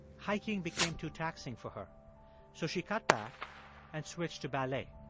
hiking became too taxing for her so she cut back and switched to ballet.